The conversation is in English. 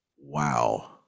Wow